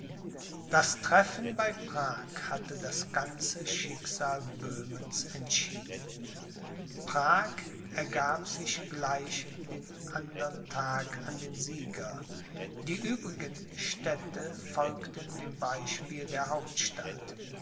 das treffen bei prag hatte das ganze schicksal böhmens entschieden prag ergab sich gleich den andern tag an den sieger die übrigen städte folgten dem beispiel der hauptstadt